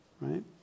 right